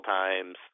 times